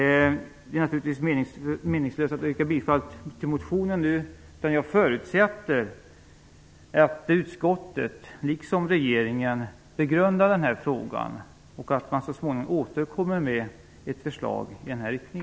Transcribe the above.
Det är naturligtvis meningslöst att yrka bifall till motionen, men jag förutsätter att utskottet liksom regeringen begrundar frågan och så småningom återkommer med ett förslag i denna riktning.